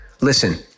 Listen